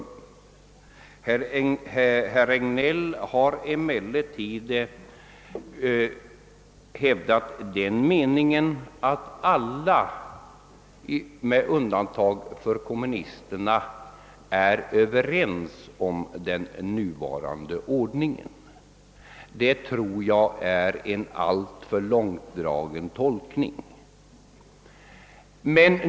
Herr Regnéll har emellertid hävdat den meningen att alla — med undantag för kommunisterna — är överens om den nuvarande ordningen. Detta tror jag är att gå för långt.